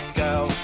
girl